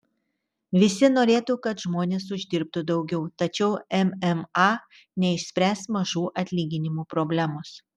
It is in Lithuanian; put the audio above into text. visi norėtų kad žmonės uždirbtų daugiau tačiau mma neišspręs mažų atlyginimų problemos